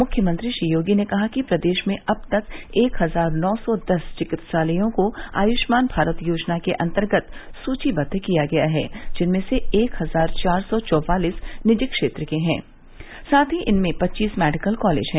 मुख्यमंत्री श्री योगी ने कहा कि प्रदेश में अब तक एक हजार नौ सौ दस चिकित्सालयों को आयुष्मान भारत योजना के अन्तर्गत सूचीबद्द किया गया है जिनमें से एक हजार चार सौ चौवालीस निजी क्षेत्र के हैं साथ ही इनमें पच्चीस मेडिकल कॉलेज है